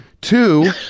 Two